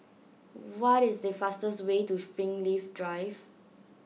what is the fastest way to Springleaf Drive